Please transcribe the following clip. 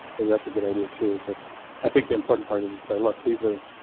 maybe that's a good idea too, but i think the important part is is i look these are.